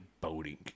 boating